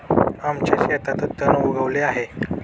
आमच्या शेतात तण उगवले आहे